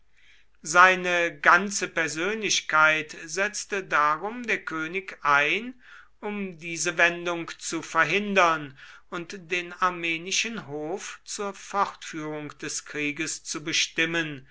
seine ganze persönlichkeit setzte darum der könig ein um diese wendung zu verhindern und den armenischen hof zur fortführung des krieges zu bestimmen